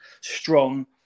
strong